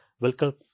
Welcome